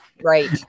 right